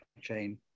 chain